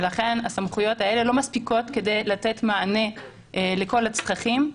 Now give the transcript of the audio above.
ולכן הסמכויות האלה לא מספיקות כדי לתת מענה לכל הצרכים.